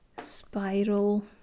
spiral